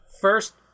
first